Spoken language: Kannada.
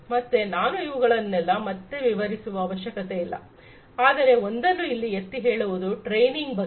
ಮತ್ತೆ ನಾನು ಇವುಗಳನ್ನೆಲ್ಲಾ ಮತ್ತೆ ವಿವರಿಸುವ ಅವಶ್ಯಕತೆ ಇಲ್ಲ ಆದರೆ ಒಂದನ್ನು ಇಲ್ಲಿ ಒತ್ತಿ ಹೇಳುವುದು ಟ್ರೈನಿಂಗ್ ಬಗ್ಗೆ